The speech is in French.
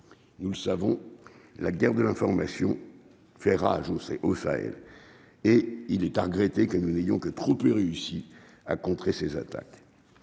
nous ne savons la guerre de l'information fait rage, c'est au Sahel et il est à regretter que nous n'ayons que trop peu réussi à contrer ces attaques